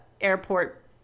airport